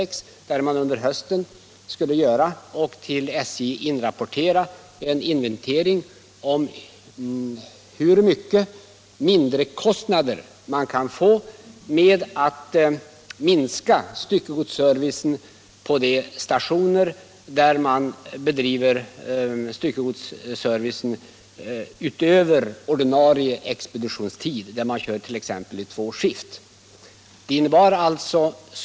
Där sades det att distrikten under hösten skulle göra en inventering och till SJ inrapportera hur mycket mindrekostnader man kunde få genom att minska styckegodsservicen på de stationer där man haft styckegodsservice utöver ordinarie expeditionstid, t.ex. kört i två skift.